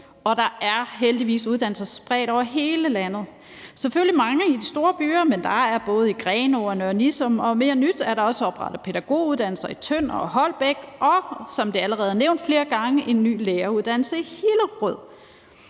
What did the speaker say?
og der er heldigvis uddannelser spredt over hele landet. Der er selvfølgelig mange i de store byer, men der er også nogen både i Grenaa og Nørre Nissum, og mere nyt er der også oprettet pædagoguddannelser i Tønder og Holbæk og, som det allerede er nævnt flere gange, en ny læreruddannelse i Hillerød.